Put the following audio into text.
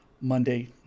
Monday